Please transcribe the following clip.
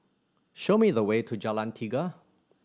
show me the way to Jalan Tiga